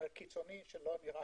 קיצוני שלא נראה